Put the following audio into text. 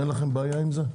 אין להם בעיה עם זה?